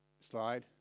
Slide